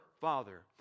Father